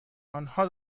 آنها